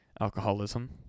alcoholism